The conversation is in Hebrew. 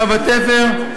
קו התפר,